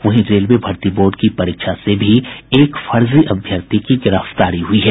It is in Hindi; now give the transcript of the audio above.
वहीं रेलवे भर्ती बोर्ड की परीक्षा से भी एक फर्जी अभ्यर्थी की गिरफ्तारी हुई है